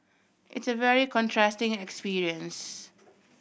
it's a very contrasting experience